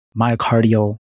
myocardial